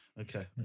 Okay